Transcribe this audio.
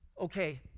Okay